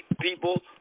people